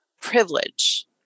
privilege